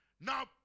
Now